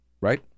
Right